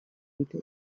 ditu